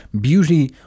Beauty